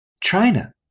China